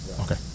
Okay